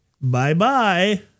Bye-bye